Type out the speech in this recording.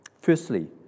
Firstly